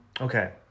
okay